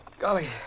Golly